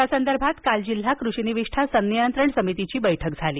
यासंदर्भात काल जिल्हा कृषी निविष्ठा संनियंत्रण समितीची बैठक झाली